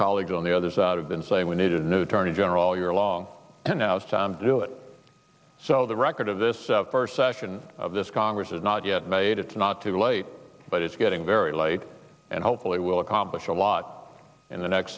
colleagues on the other side of been saying we need a new car in general all year long and now it's time to do it so the record of this first second of this congress is not yet made it's not too late but it's getting very late and hopefully we'll accomplish a lot in the next